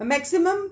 maximum